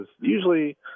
usually –